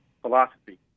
philosophy